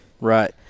Right